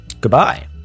Goodbye